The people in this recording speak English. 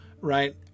right